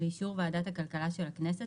באישור ועדת הכלכלה של הכנסת,